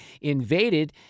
invaded